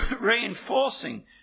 reinforcing